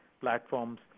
platforms